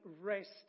rest